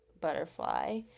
butterfly